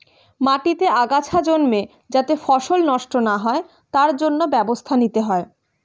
মাটিতে আগাছা জন্মে যাতে ফসল নষ্ট না হয় তার জন্য ব্যবস্থা নিতে হয়